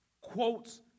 quotes